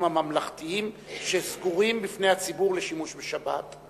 הממלכתיים שסגורים בפני הציבור לשימוש בשבת?